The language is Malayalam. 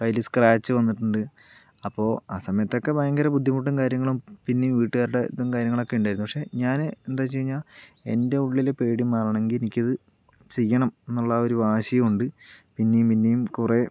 കൈയില് സ്ക്രാച്ച് വന്നിട്ടുണ്ട് അപ്പോൾ ആ സമയത്തൊക്കെ ഭയങ്കര ബുദ്ധിമുട്ടും കാര്യങ്ങളും പിന്നെ വീട്ടുകാരുടെ ഇതും കാര്യങ്ങളും ഒക്കെ ഉണ്ടായിരുന്നു പക്ഷെ ഞാൻ എന്താ വെച്ച് കഴിഞ്ഞാ എൻ്റെ ഉള്ളില് പേടി മാറണം എങ്കിൽ എനിക്കത് ചെയ്യണം എന്നുള്ള ഒരു വാശിയും ഉണ്ട് പിന്നെയും പിന്നെയും കുറേ